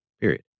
Period